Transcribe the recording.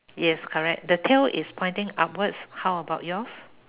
yes correct the tail is pointing upwards how about yours